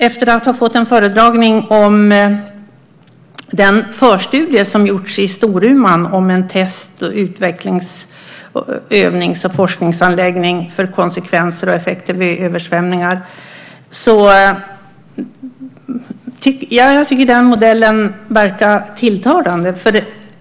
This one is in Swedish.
Efter att ha fått en föredragning om den förstudie som gjorts i Storuman om en test-, utvecklings-, övnings och forskningsanläggning för konsekvenser och effekter vid översvämningar tycker jag att den modellen verkar tilltalande.